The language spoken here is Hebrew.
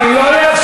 אני לא אאפשר.